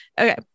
okay